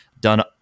done